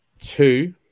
two